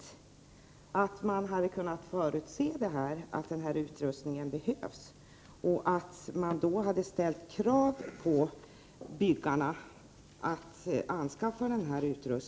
Man borde ha kunnat förutse att den här utrustningen behövs och ställt krav på byggarna att anskaffa den.